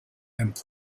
and